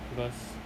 because